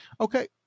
Okay